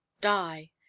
die